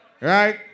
Right